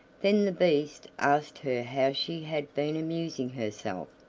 then the beast asked her how she had been amusing herself,